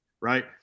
right